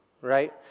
right